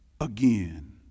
again